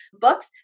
books